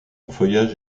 feuillage